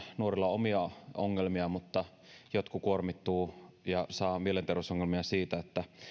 nuorilla on pelkästään omia ongelmia vaan jotkut kuormittuvat ja saavat mielenterveysongelmia siitä että